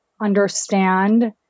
understand